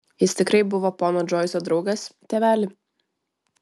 jis tikrai buvo pono džoiso draugas tėveli